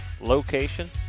location